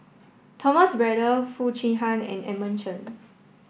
Thomas Braddell Foo Chee Han and Edmund Chen